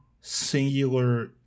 singular